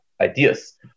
ideas